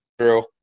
true